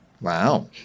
Wow